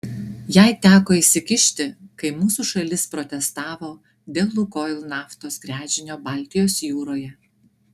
jai teko įsikišti kai mūsų šalis protestavo dėl lukoil naftos gręžinio baltijos jūroje